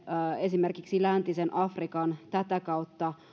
esimerkiksi läntisen afrikan tätä kautta